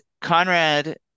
Conrad